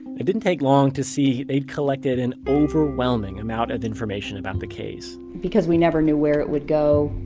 it didn't take long to see they had collected an overwhelming amount of information about the case because we never knew where it would go,